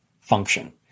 function